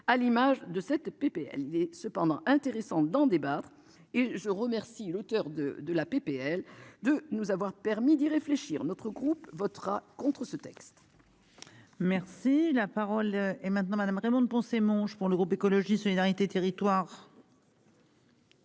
À l'image de cette PPL est cependant intéressant d'en débattre et je remercie l'auteur de de la PPL de nous avoir permis d'y réfléchir notre groupe votera contre ce texte. Merci la parole est maintenant Madame Raymonde Poncet Monge pour le groupe écologiste solidarité territoire.